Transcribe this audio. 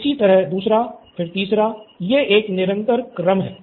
इसी तरह दूसरा फिर तीसरा ये एक निरंतर क्रम है